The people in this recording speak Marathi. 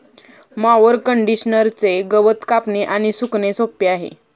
मॉवर कंडिशनरचे गवत कापणे आणि सुकणे सोपे आहे